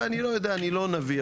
ואני לא יודע, אני לא נביא.